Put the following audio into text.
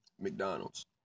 McDonald's